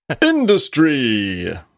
Industry